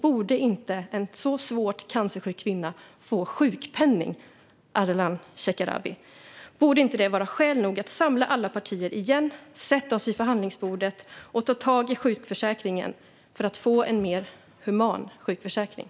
Borde inte en så svårt sjuk cancersjuk kvinna få sjukpenning, Ardalan Shekarabi? Vore inte det skäl nog att samla alla partier igen, sätta oss vid förhandlingsbordet och ta tag i sjukförsäkringen för att få en mer human sjukförsäkring?